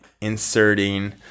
inserting